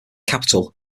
capital